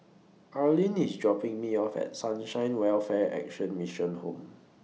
Arlyn IS dropping Me off At Sunshine Welfare Action Mission Home